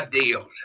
deals